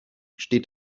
steht